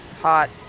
hot